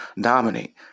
dominate